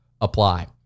apply